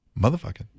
motherfucking